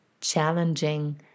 challenging